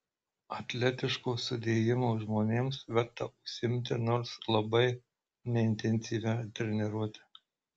atletiško sudėjimo žmonėms verta užsiimti nors labai neintensyvia treniruote